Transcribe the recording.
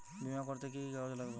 বিমা করতে কি কি কাগজ লাগবে?